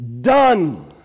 done